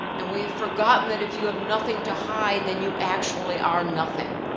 and we have forgotten that if you have nothing to hide, then you actually are nothing.